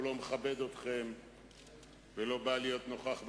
לא מכבד אתכם ולא בא להיות נוכח בדיון.